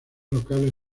locales